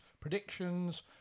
predictions